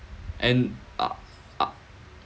and ah ah